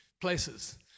places